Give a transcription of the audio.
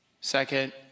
second